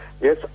Yes